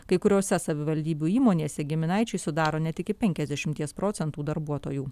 kai kuriose savivaldybių įmonėse giminaičiai sudaro net iki penkiasdešimies procentų darbuotojų